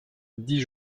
dix